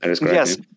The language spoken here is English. Yes